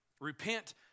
Repent